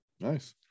nice